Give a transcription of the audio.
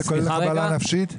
זה כולל חבלה נפשית?